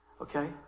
Okay